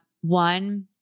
one